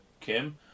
Kim